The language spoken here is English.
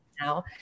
now